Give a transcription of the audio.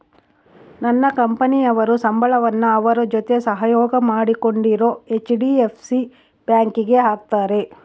ನನ್ನ ಕಂಪನಿಯವರು ಸಂಬಳವನ್ನ ಅವರ ಜೊತೆ ಸಹಯೋಗ ಮಾಡಿಕೊಂಡಿರೊ ಹೆಚ್.ಡಿ.ಎಫ್.ಸಿ ಬ್ಯಾಂಕಿಗೆ ಹಾಕ್ತಾರೆ